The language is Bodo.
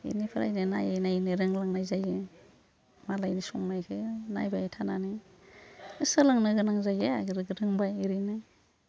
बिनिफ्राय जों नायै नायैनो रोंलांनाय जायो मालायनि संनायखौ नायबाय थानानै सोलोंनो गोनां जायो आरो रोंबाय ओरैनो